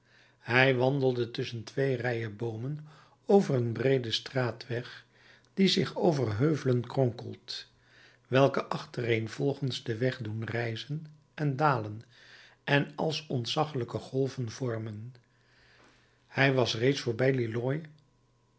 hij wandelde tusschen twee rijen boomen over een breeden straatweg die zich over heuvelen kronkelt welke achtereenvolgens den weg doen rijzen en dalen en als ontzaglijke golven vormen hij was reeds